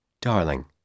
Darling